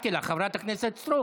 וכן, כל אחד יעשה את הקרב שלו,